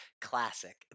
classic